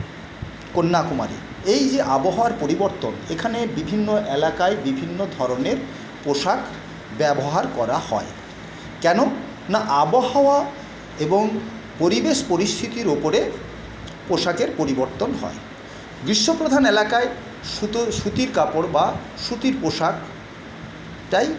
যে কন্যাকুমারী এই যে আবহাওয়ার পরিবর্তন এখানে বিভিন্ন এলাকায় বিভিন্ন ধরণের পোশাক ব্যবহার করা হয় কেন না আবহাওয়া এবং পরিবেশ পরিস্থিতির ওপরে পোশাকের পরিবর্তন হয় গ্রীষ্মপ্রধান এলাকায় সুতোর সুতির কাপড় বা সুতির পোশাকটাই